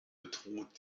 bedroht